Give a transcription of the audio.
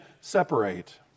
separate